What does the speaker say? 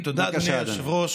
בבקשה, אדוני.